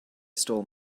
stole